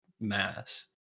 mass